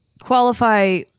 qualify